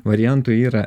variantų yra